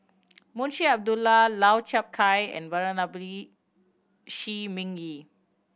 Munshi Abdullah Lau Chiap Khai and Venerable Shi Ming Yi